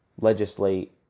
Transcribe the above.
legislate